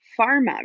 pharma